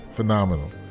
Phenomenal